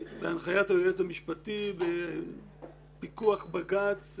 בהנחיית היועץ המשפטי ובפיקוח בג"ץ,